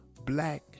black